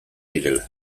direla